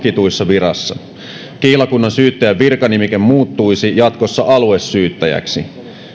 virassa kihlakunnansyyttäjän virkanimike muuttuisi jatkossa aluesyyttäjäksi ahvenanmaalla säilytettäisiin maakunnansyyttäjän virkanimike